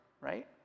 right